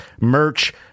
merch